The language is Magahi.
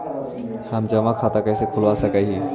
हम जमा खाता कैसे खुलवा सक ही?